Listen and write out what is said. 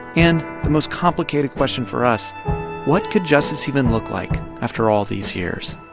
and the most complicated question for us what could justice even look like after all these years?